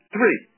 Three